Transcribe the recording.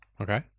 Okay